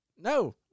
No